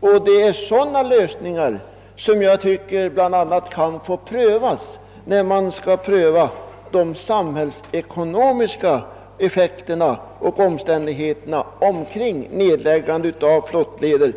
Det är bl.a. sådana lösningar som enligt min mening bör få prövas när man skall undersöka de samhällsekonomiska effekterna av och omständigheterna kring nedläggandet av flottleder.